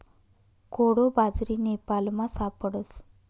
कोडो बाजरी नेपालमा सापडस